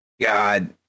God